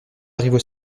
arrivent